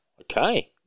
Okay